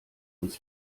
uns